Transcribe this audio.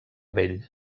vell